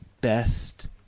best